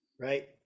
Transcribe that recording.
right